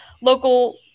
local